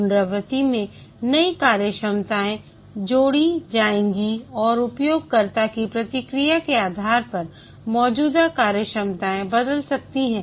पुनरावृत्ति में नई कार्यक्षमताएँ जोड़ी जाएंगी और उपयोगकर्ता की प्रतिक्रिया के आधार पर मौजूदा कार्यक्षमताएँ बदल सकती हैं